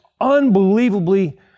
unbelievably